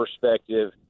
perspective